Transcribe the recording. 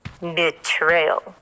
Betrayal